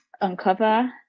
uncover